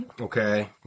okay